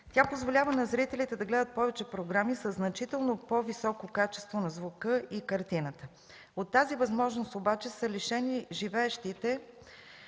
Тя позволява на зрителите да гледат повече програми със значително по-високо качество на звука и картината. От тази възможност обаче са лишени живеещите